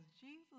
Jesus